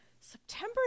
September